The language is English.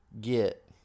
get